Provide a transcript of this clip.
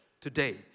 today